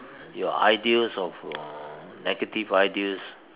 your ideas of uh negative ideas